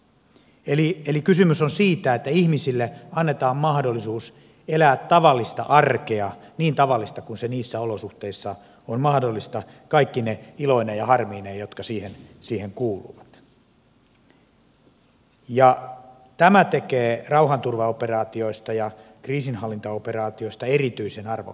eli kysymys on siitä että ihmisille annetaan mahdollisuus elää tavallista arkea niin tavallista kuin niissä olosuhteissa on mahdollista kaikkine iloineen ja harmeineen jotka siihen kuuluvat ja tämä tekee rauhanturvaoperaatioista ja kriisinhallintaoperaatioista erityisen arvokkaita